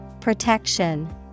Protection